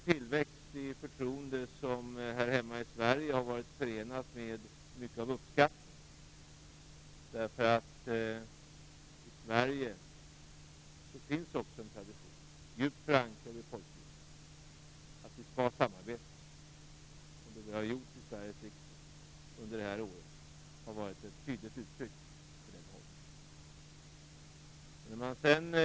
Tillväxten i förtroendet har varit förenad med mycket av uppskattning här hemma i Sverige. I Sverige finns också en tradition, djupt förankrad i folkdjupet, att vi skall samarbeta. Det vi har gjort i Sveriges riksdag under det här året har varit ett tydligt uttryck för den hållningen.